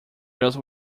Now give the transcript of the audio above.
just